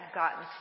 gotten